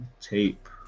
tape